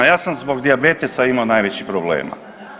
Ja sam zbog dijabetesa imao najvećih problema.